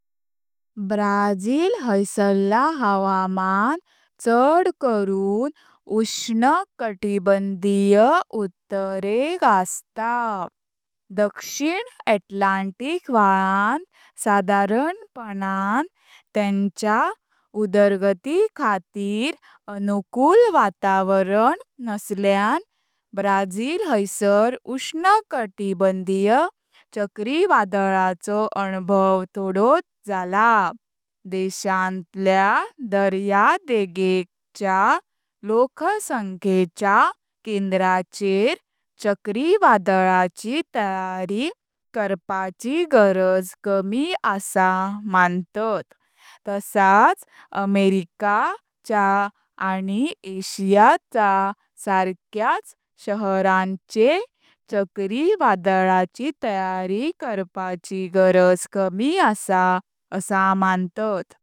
ब्राझील हायसारला हावामान चडू कारून उष्ण कटिबंधीय उत्तरेक आस्त। दक्षिण अटलांटिक व्हालांत सादरपणान तेंच्या उदारगती खातीर अनुकूल वातावरण नसल्यां ब्राझील हायसार उष्ण कटिबंधीय चकरी वादळाचो अनुभाव थोडोच झाला। देशांतल्या दर्या देग एकच्या लोकसंख्येच्या केंद्राचेर चकरी वादळाची तयारी करपाची गरज कमी आसा मांतत। तसच अमेरिका वांणी आशिया च्या सारक्याच शहरांचेरांय चकरी वादळाची तयारी करपाची गरज कमी असा आसा मांतत।